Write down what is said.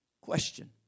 Question